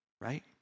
right